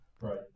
right